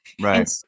Right